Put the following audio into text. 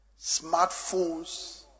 smartphones